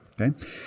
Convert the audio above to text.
okay